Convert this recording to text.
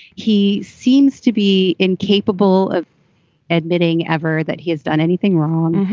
he seems to be incapable of admitting ever that he has done anything wrong.